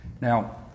Now